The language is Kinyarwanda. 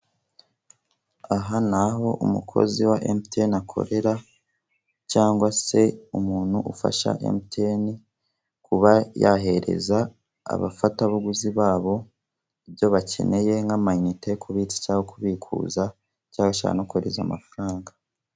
Aha ni aho umukozi wa emutiyeni akorera, cyangwa se umuntu ufasha emutiyeni kuba yahereza abafatabuguzi bayo ibyo bakeneye, nk'amayinite, kubitsa no kubikuza, cyangwa kohereza amafaranga.